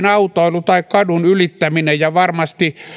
autoilun tai kadun ylittämisen ja varmasti